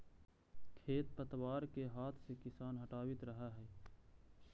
खेर पतवार के हाथ से किसान हटावित रहऽ हई